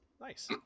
Nice